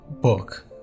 book